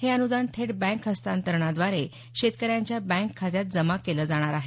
हे अनुदान थेट बँक हस्तांतरणाद्धारे शेतकऱ्यांच्या बँक खात्यात जमा केलं जाणार आहे